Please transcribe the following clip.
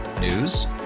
News